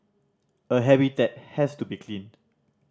a habitat has to be clean